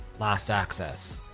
last access.